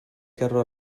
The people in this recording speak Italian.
carro